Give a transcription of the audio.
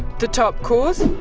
the top cause?